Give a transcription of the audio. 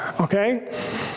Okay